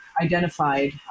identified